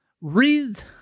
Read